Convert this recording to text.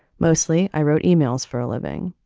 mostly i wrote emails for a living.